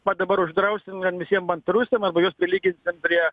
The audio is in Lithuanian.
va dabar uždrausim na visiem baltarusiam arba juos prilyginsim prie